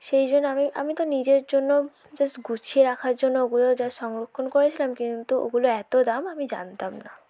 সেই জন্য আমি আমি তো নিজের জন্য জাস্ট গুছিয়ে রাখার জন্য ওগুলো জাস্ট সংরক্ষণ করেছিলাম কিন্তু ওগুলো এত দাম আমি জানতাম না